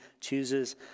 chooses